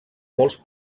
molts